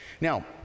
Now